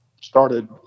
started